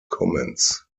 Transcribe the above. comments